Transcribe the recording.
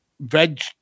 veg